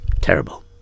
terrible